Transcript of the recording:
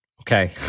Okay